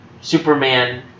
Superman